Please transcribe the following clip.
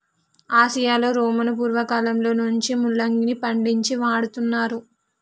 ఆసియాలో రోమను పూర్వకాలంలో నుంచే ముల్లంగిని పండించి వాడుతున్నారు